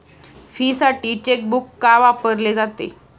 फीसाठी चेकबुक का वापरले जाते?